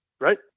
right